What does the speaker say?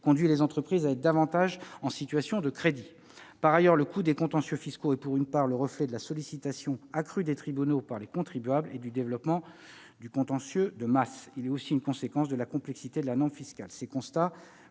les entreprises sont davantage en situation de crédit. Par ailleurs, le coût des contentieux fiscaux est, pour une part, le reflet de la sollicitation accrue des tribunaux par les contribuables et du développement de contentieux de masse. Il résulte également de la complexité de la norme fiscale. Ces constats